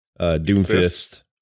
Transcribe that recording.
Doomfist